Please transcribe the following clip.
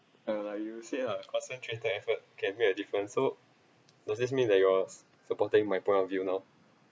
are you saying uh concentrated effort can make a difference so does this mean that you are supporting my point of view now